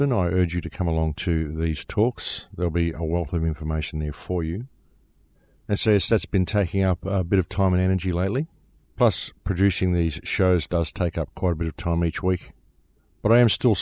annoyed you to come along to these talks they'll be a wealth of information there for you and says that's been taking up a bit of time and energy lately plus producing these shows does take up quite a bit of time each week but i am still